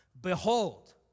Behold